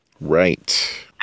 Right